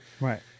Right